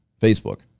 Facebook